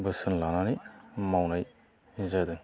बोसोन लानानै मावनाय जादों